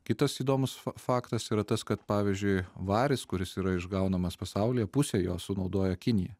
kitas įdomus fa faktas yra tas kad pavyzdžiui varis kuris yra išgaunamas pasaulyje pusę jo sunaudoja kinija